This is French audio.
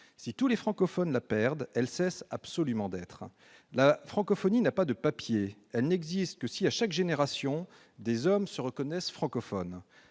Si tous les francophones la perdent, « Elle cesse absolument d'être ...« La francophonie n'a pas de papiers, « Elle n'existe que si à chaque génération « Des hommes se reconnaissent francophones